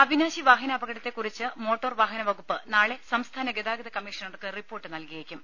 അവിനാശി വാഹനാപകടത്തെക്കുറിച്ച് മോട്ടോർ വാഹനവ കുപ്പ് നാളെ സംസ്ഥാന ഗതാഗത കമ്മീഷണർക്ക് റിപ്പോർട്ട് നൽകി യേക്കും